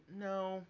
no